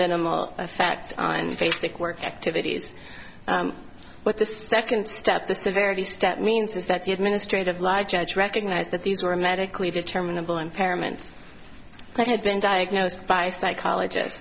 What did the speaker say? minimal effect on basic work activities but the second step the severity step means is that the administrative law judge recognized that these were medically determinable impairment i had been diagnosed by psychologist